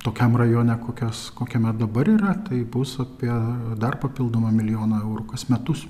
tokiam rajone kokios kokiame dabar yra tai bus apie dar papildomą milijoną eurų kas metus